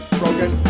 broken